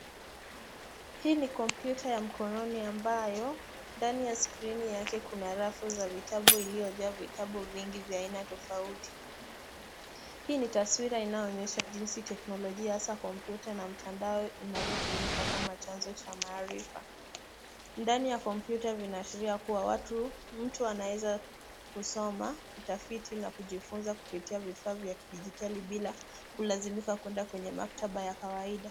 Hii ni kompyuta ya mkononi ambayo ndani ya skrini yake kuna rafu ya vitabu iliyojaa vitabu vingi vya aina tofauti. Hii ni taswira inayoonesha jinsi teknolojia haswa kompyuta na mtandao inavyotumika kama chanzo cha maarifa. Ndani ya kompyuta vinaashiria kuwa mtu anaweza kusoma, kutafiti na kujifunza kupitia vifaa vya kidijitali bila kulazimika kwenda kwenye maktaba ya kawaida.